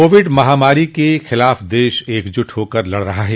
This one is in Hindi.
कोविड महामारी के खिलाफ देश एकजुट होकर लड़ रहा है